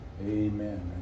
Amen